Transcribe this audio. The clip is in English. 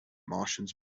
martians